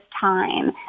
time